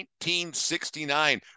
1969